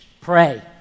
Pray